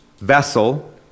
vessel